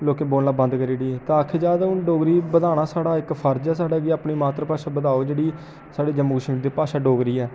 लोकें बोलना बंद करी ओड़ी दी आखेआ जा ते हुन डोगरी बधाना साढ़ा इक फर्ज ऐ साढ़ा जे अपनी मात्तर भाशा बधाओ जेह्ड़ी साढ़े जम्मू कश्मीर दी भाशा डोगरी ऐ